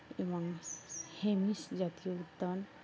এবং হেমিস জাতীয় উদ্যান